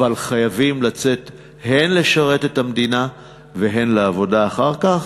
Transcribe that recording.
אבל חייבים לצאת הן לשרת את המדינה והן לעבודה אחר כך,